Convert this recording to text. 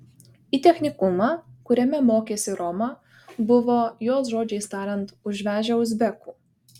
į technikumą kuriame mokėsi roma buvo jos žodžiais tariant užvežę uzbekų